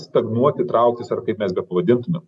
stagnuoti trauktis ar kaip mes bepavadintumėm